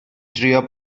drio